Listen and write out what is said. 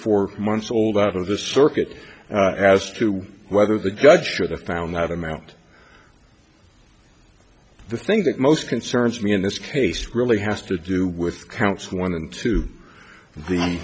four months old out of the circuit as to whether the judge should have found that amount the thing that most concerns me in this case really has to do with counts one and two the